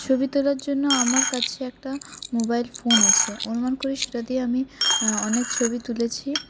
ছবি তোলার জন্য আমার কাছে একটা মোবাইল ফোন আছে অনুমান করি সেটা দিয়ে আমি অনেক ছবি তুলেছি